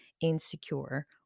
insecure